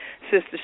Sister